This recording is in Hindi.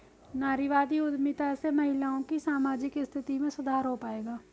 नारीवादी उद्यमिता से महिलाओं की सामाजिक स्थिति में सुधार हो पाएगा?